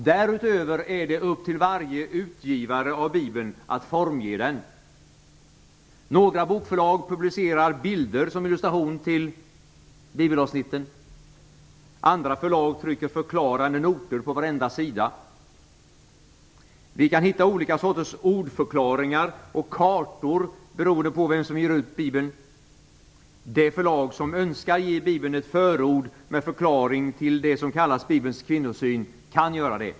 Därutöver är det upp till varje utgivare av Bibeln att formge den. Några bokförlag publicerar bilder som illustration till bibelavsnitten. Andra förlag trycker förklarande noter på varenda sida. Vi kan hitta olika sorters ordförklaringar och kartor beroende på vem som ger ut Bibeln. Det förlag som önskar ge Bibeln ett förord med förklaring till det som kallas Bibelns kvinnosyn kan göra det.